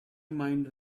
mind